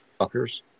fuckers